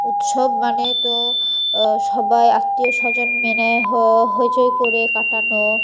উৎসব মানে তো সবাই আত্মীয়স্বজন মিলে হ হইচই করে কাটানো